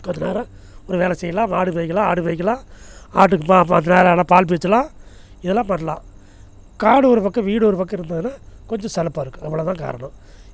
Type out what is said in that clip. கொஞ்சம் நேரம் ஒரு வேலை செய்யலாம் மாடு மேய்க்கலாம் ஆடு மேய்க்கலாம் ஆட்டுக்கு நேரம் ஆனால் பால் பீய்ச்சலாம் இதெல்லாம் பண்ணலாம் காடு ஒரு பக்கம் வீடு ஒரு பக்கம் இருந்ததுனா கொஞ்சம் சலுப்பாக இருக்கும் அவ்வளோ தான் காரணம்